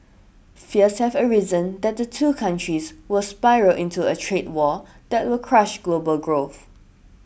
fears have arisen that the two countries will spiral into a trade war that will crush global growth